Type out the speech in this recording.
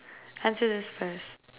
answer this first